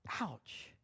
ouch